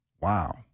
Wow